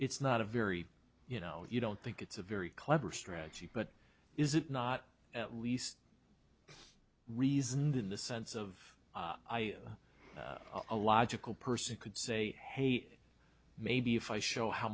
it's not a very you know you don't think it's a very clever strategy but is it not at least reason that in the sense of i a logical person could say hey maybe if i show how